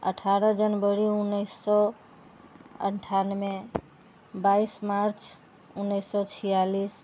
अठारह जनवरी उन्नैस सए अन्ठानबे बाइस मार्च उन्नैस सए छिआलिस